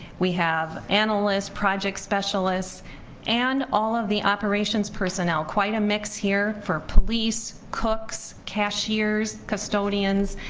we have analysts, project specialists and all of the operations personnel. quite a mix here for police, cooks, cashiers, custodians.